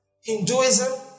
Hinduism